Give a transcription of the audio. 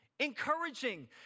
Encouraging